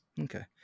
okay